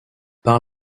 par